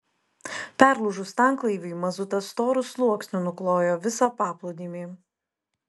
perlūžus tanklaiviui mazutas storu sluoksniu nuklojo visą paplūdimį